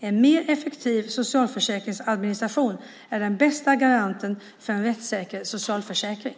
En mer effektiv socialförsäkringsadministration är den bästa garanten för en rättssäker socialförsäkring.